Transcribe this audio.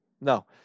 No